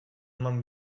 eman